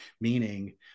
meaning